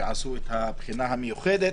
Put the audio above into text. ועשו את הבחינה המיוחדת.